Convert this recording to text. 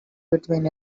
between